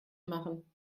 machen